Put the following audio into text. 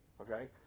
Okay